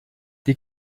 die